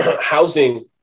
housing